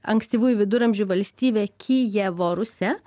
ankstyvųjų viduramžių valstybę kijevo rusia